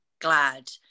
glad